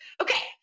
Okay